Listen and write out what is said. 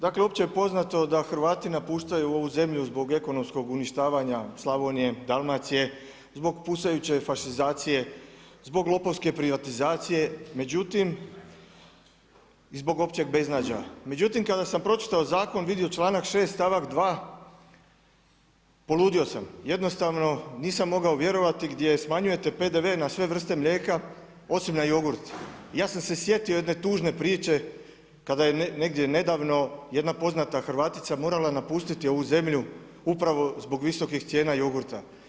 Dakle, opće je poznato da Hrvati napuštaju ovu zemlju zbog ekonomskog uništavanja Slavonije, Dalmacije zbog pucajuće fašizacije, zbog lopovske privatizacije, međutim i zbog općeg beznađa, međutim kada sam pročitao zakon vidio članak 6. stavak 2. poludio sam, jednostavno nisam mogao vjerovati gdje smanjujete PDV na sve vrste mlijeka osim na jogurt, ja sam se sjetio jedne tužne priče kaka je negdje nedavno jedan poznata Hrvatica morala napustiti ovu zemlju upravo zbog visokih cijena jogurta.